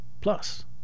Plus